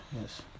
Yes